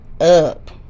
up